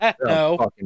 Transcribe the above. No